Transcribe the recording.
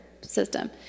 system